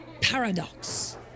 paradox